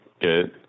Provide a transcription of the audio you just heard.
good